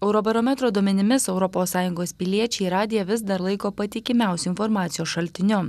eurobarometro duomenimis europos sąjungos piliečiai radiją vis dar laiko patikimiausiu informacijos šaltiniu